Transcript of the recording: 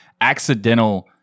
accidental